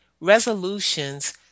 resolutions